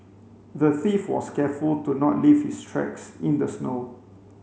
the thief was careful to not leave his tracks in the snow